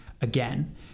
again